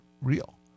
real